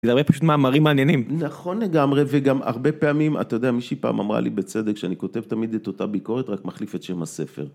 זה הרבה פשוט מאמרים מעניינים נכון לגמרי וגם הרבה פעמים אתה יודע, מישהי פעם אמרה לי בצדק, שאני כותב תמיד את אותה ביקורת רק מחליף את שם הספר